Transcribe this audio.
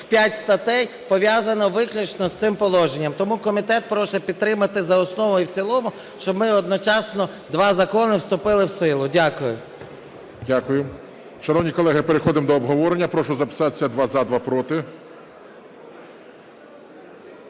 п'ять статей пов'язано виключно з цим положенням. Тому комітет просить підтримати за основу і в цілому, щоби одночасно два закони вступили в силу. Дякую. ГОЛОВУЮЧИЙ. Дякую. Шановні колеги, переходимо до обговорення. Прошу записатися: два – за, два – проти.